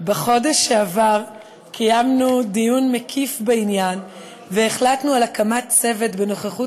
בחודש שעבר קיימנו דיון מקיף בעניין והחלטנו על הקמת צוות בנוכחות